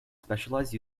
specialized